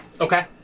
Okay